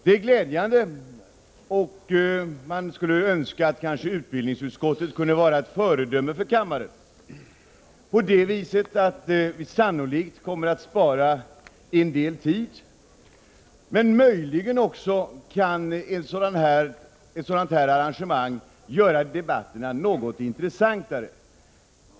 Det är glädjande, och man skulle önska att utbildningsutskottet kunde vara ett föredöme för kammaren, eftersom vi härigenom sannolikt kommer att spara en del tid. Möjligen kan ett sådant arrangemang också göra debatterna något intressantare.